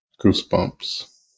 Goosebumps